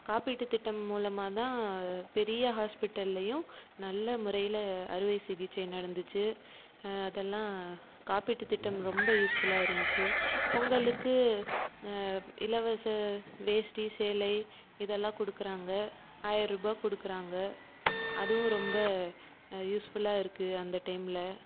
காப்பீட்டுத் திட்டம் மூலமாக தான் பெரிய ஹாஸ்பிடல்லேயும் நல்ல முறையில் அறுவை சிகிச்சை நடந்துச்சு அதெல்லாம் காப்பீட்டுத் திட்டம் ரொம்ப யூஸ்ஃபுல்லாக இருந்துச்சு பொங்கலுக்கு இலவச வேட்டி சேலை இதெல்லாம் கொடுக்கறாங்க ஆயிர ருபாய் கொடுக்கறாங்க அதுவும் ரொம்ப யூஸ்ஃபுல்லாக இருக்குது அந்த டைமில்